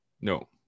no